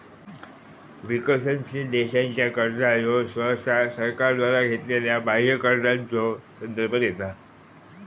विकसनशील देशांचा कर्जा ह्यो सहसा सरकारद्वारा घेतलेल्यो बाह्य कर्जाचो संदर्भ देता